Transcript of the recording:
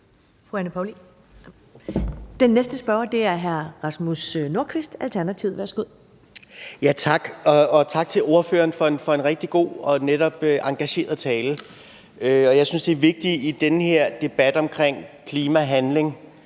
Værsgo. Kl. 11:31 Rasmus Nordqvist (ALT): Tak til ordføreren for en rigtig god og netop engageret tale. Og jeg synes, det er vigtigt i den her debat om klimahandling,